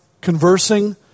Conversing